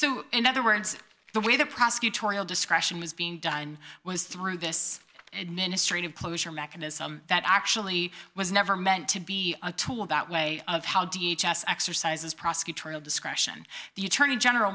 so in other words the way the prosecutorial discretion was being done was through this administrative closure mechanism that actually was never meant to be a tool that way of how d h s s exercises prosecutorial discretion the attorney general